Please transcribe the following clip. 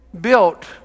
built